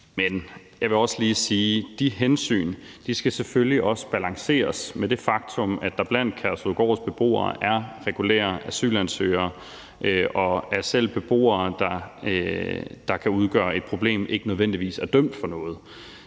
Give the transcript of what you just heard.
Men jeg vil også lige sige, at de hensyn selvfølgelig også skal balanceres med det faktum, at der blandt Kærshovedgårds beboere er regulære asylansøgere, og at selv beboere, der kan udgøre et problem, ikke nødvendigvis er dømt for noget.